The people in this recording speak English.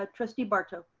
ah trustee barto.